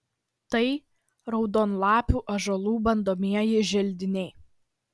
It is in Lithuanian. tai raudonlapių ąžuolų bandomieji želdiniai